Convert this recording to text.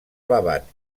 elevat